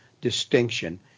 distinction